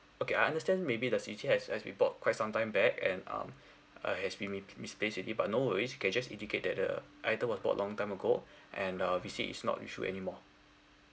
okay I understand maybe the has has be bought quite sometime back and um uh has been mi~ but no worries can just indicate that the item was bought long time ago and uh we see is not issue anymore